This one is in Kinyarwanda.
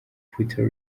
puerto